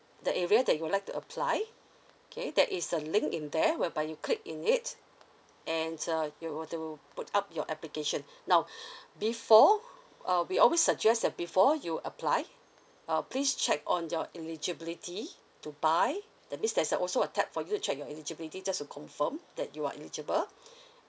the area that you would like to apply K there is a link in there whereby you click in it and uh you were to put up your application now before uh we always suggest that before you apply uh please check on your eligibility to buy that means there is a also a tab for you to check your eligibility just to confirm that you are eligible